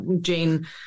Jane